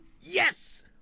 Yes